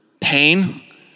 pain